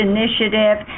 Initiative